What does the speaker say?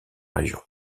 région